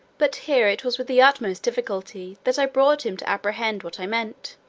but here it was with the utmost difficulty that i brought him to apprehend what i meant.